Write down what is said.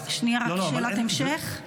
שנייה, רק שאלת המשך.